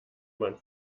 man